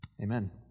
Amen